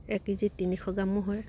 এক কেজিত তিনিশ গ্ৰামো হয়